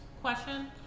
Question